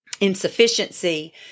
insufficiency